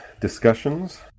discussions